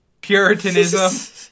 Puritanism